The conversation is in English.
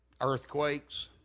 Earthquakes